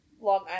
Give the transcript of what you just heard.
Long